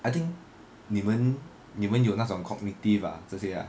I think 你们你们有那种 cognitive 啊这些